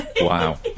Wow